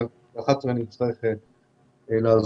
בשעה 11:00 אצטרך לעזוב,